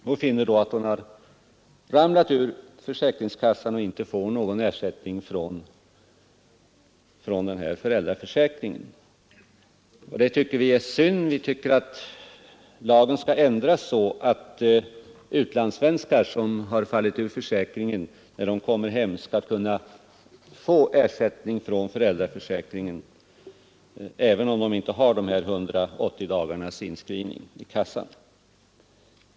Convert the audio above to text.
Hon finner då att hon har ramlat ur försäkringskassan och inte får någon ersättning från föräldraförsäkringen. Det tycker vi är synd. Vi anser att lagen skall ändras så att utlandssvenskar som har fallit ur försäkringen skall kunna få ersättning från föräldraförsäkringen när de kommer hem, även om de inte har 180 dagars inskrivning i kassan.